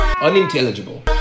Unintelligible